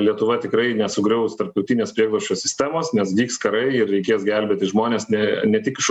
lietuva tikrai nesugriaus tarptautinės prieglobsčio sistemos nes vyks karai ir reikės gelbėti žmones ne ne tik iš